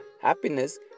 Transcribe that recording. happiness